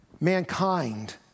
Mankind